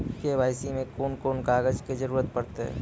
KYC मे कून कून कागजक जरूरत परतै?